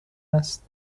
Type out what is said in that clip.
است